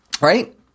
right